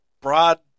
broad